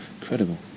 incredible